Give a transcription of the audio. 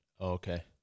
Okay